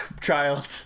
child